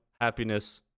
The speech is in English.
happiness